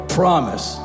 promise